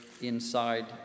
inside